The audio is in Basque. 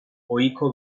ohiko